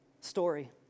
story